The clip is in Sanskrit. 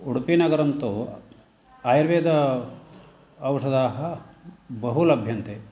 उडुपिनगरं तु आयुर्वेद औषधाः बहु लभ्यन्ते